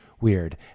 weird